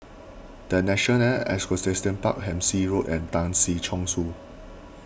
the National Equestrian Park Hampshire Road and Tan Si Chong Su